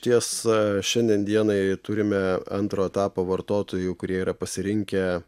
tiesa šiandien dienai turime antro etapo vartotojų kurie yra pasirinkę